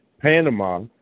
Panama